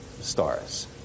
stars